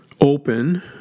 open